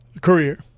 career